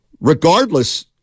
regardless